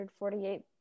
148